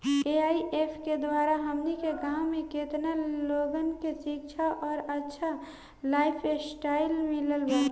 AIF के द्वारा हमनी के गांव में केतना लोगन के शिक्षा और अच्छा लाइफस्टाइल मिलल बा